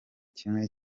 kimwe